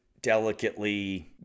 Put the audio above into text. delicately